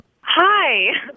Hi